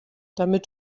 damit